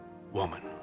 woman